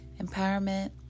empowerment